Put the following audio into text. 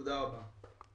תודה רבה.